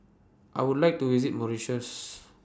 I Would like to visit Mauritius